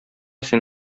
син